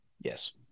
Yes